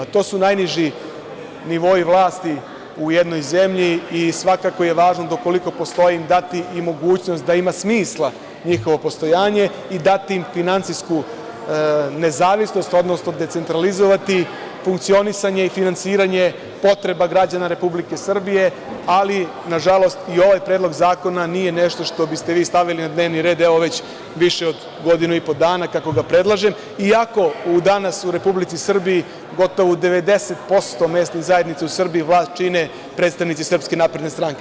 To su najniži nivoi vlasti u jednoj zemlji i svakako je važno da ukoliko postoji, dati i mogućnost da ima smisla njihovo postojanje i dati im finansijsku nezavisnost, odnosno decentralizovati funkcionisanje i finansiranje potreba građana Republike Srbije, ali, nažalost i ovaj predlog zakona nije nešto što biste vi stavili na dnevni red, evo već više od godinu i po dana, kako ga predlažem, iako danas u Republici Srbiji gotovo 90% mesnih zajednica u Srbiji vlast čine predstavnici SNS.